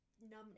numbness